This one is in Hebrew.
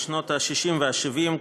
בשנות ה-60 וה-70,